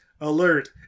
alert